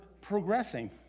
progressing